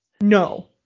No